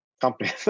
company